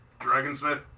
Dragonsmith